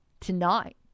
tonight